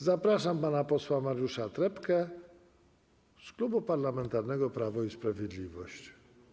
Zapraszam pana posła Mariusza Trepkę z Klubu Parlamentarnego Prawo i Sprawiedliwość.